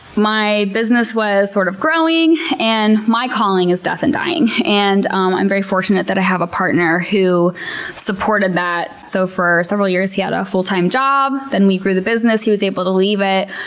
my business was sort of growing and my calling is death and dying. and um i'm very fortunate that i have a partner who supported that. so for several years, he had a full time job. then we grew the business he was able to leave it.